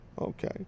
Okay